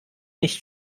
nicht